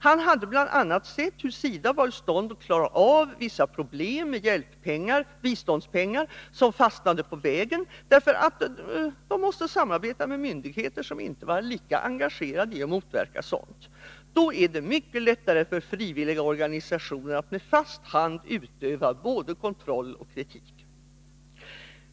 Han hade bl.a. sett hur SIDA var ur stånd att klara av vissa problem med biståndspengar som fastnade på vägen, därför att de måste samarbeta med myndigheter som inte var lika engagerade i att motverka sådant. Då är det mycket lättare för frivilliga organisationer att med fast hand utöva både kontroll och kritik.